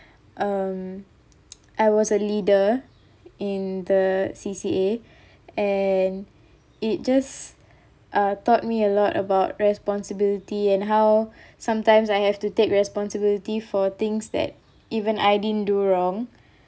um I was a leader in the C_C_A and it just uh taught me a lot about responsibility and how sometimes I have to take responsibility for things that even I didn't do wrong